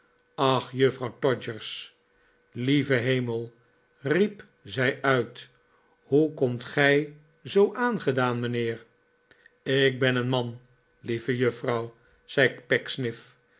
ach juffrouw todgers lieve hemel riep zij uit hoe komt gij zoo aangedaan mijnheer ik ben een man lieve juffrouw zei